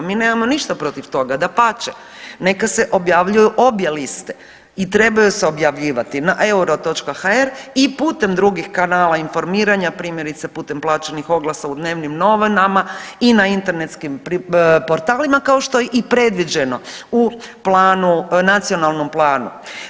Mi nemamo ništa protiv toga, dapače, neka se objavljuju obje liste i trebaju se objavljivati na euro.hr i putem drugih kanala drugih informiranja, primjerice putem plaćenih oglasa u dnevnim novinama i na internetskim portalima kao što je i predviđeno u planu u nacionalnom planu.